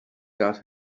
got